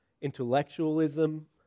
intellectualism